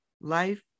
Life